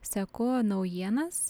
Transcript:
seku naujienas